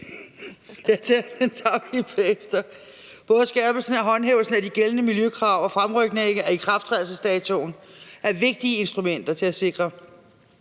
Både skærpelsen og håndhævelsen af de gældende miljøkrav og fremrykningen af ikrafttrædelsesdatoen er vigtige instrumenter til at sikre